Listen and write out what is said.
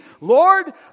Lord